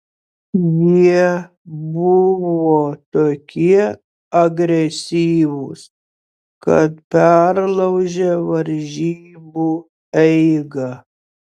jie buvo tokie agresyvūs kad perlaužė varžybų eigą